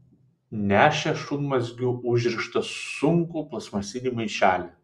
nešė šunmazgiu užrištą sunkų plastmasinį maišelį